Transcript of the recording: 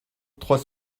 trois